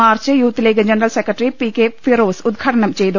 March youth league general secretary P K Firos ഉദ്ഘാടനം ചെയ്തു